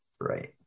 Right